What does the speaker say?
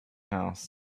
house